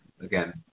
again